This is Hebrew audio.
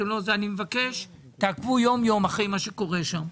אני מבקש שתעקבו יום יום אחרי מה שקורה שם.